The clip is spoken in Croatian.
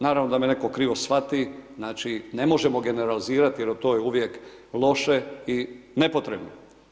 Naravno da me netko krivo shvati, znači ne možemo generalizirati jer to je uvijek loše i nepotrebno.